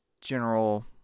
general